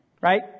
right